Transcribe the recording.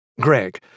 Greg